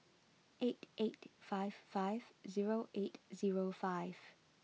eight eight five five zero eight zero five